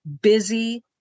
busy